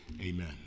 amen